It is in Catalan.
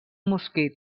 mosquit